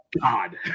God